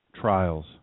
trials